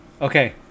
Okay